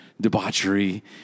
debauchery